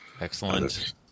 Excellent